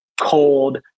cold